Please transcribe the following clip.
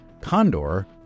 Condor